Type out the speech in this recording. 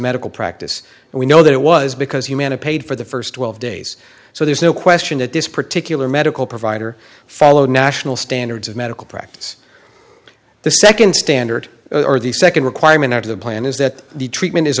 medical practice and we know that it was because humana paid for the st twelve days so there's no question that this particular medical provider followed national standards of medical practice the nd standard or the nd requirement of the plan is that the treatment is